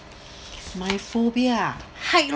my phobia ah height lor